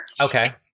Okay